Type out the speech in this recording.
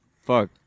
Fuck